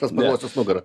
nes vanosis nugarą